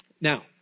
Now